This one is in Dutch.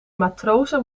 matrozen